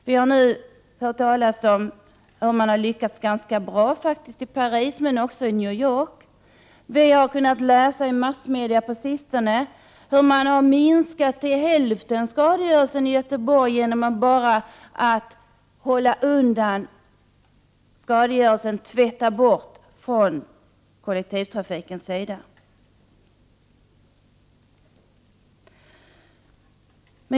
Vi har hört talas om att man har lyckats ganska bra Paris och även i New York. Vi har på sistone kunnat läsa i massmedia om hur skadegörelsen i Göteborg har minskats till hälften genom att man från kollektivtrafikens sida har hållit undan den och tvättat bort klotter.